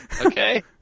Okay